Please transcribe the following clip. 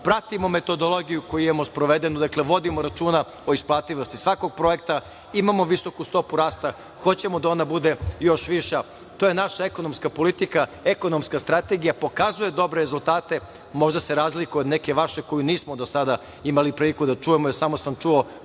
pratimo metodologiju koju imamo sprovedenu, dakle vodimo računa o isplativosti svakog projekta. Imamo visoku stopu rasta, hoćemo da ona bude još viša. To je naša ekonomska politika, ekonomska strategija, pokazuje dobre rezultate, možda se razlikuje od neke vaše koju nismo imali priliku da čujemo jer samo sam čuo